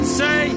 say